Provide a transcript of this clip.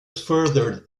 furthered